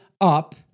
up